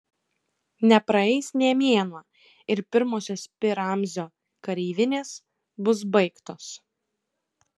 nepraeis nė mėnuo ir pirmosios pi ramzio kareivinės bus baigtos